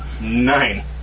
Nine